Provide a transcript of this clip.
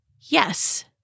yes